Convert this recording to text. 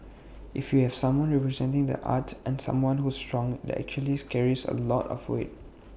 if you have someone representing the arts and someone who's strong IT actually carries A lot of weight